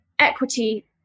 Equity